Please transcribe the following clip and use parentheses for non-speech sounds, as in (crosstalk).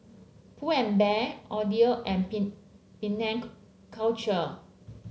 Pull and Bear Audi and (unintelligible) Penang Culture